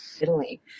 Italy